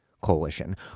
coalition